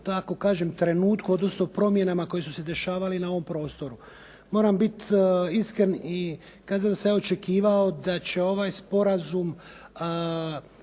tako kažem, trenutku, odnosno promjenama koje su se dešavale na ovom prostoru. Moram bit iskren i kazat da sam ja očekivao da će ovaj sporazum